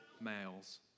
males